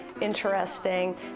interesting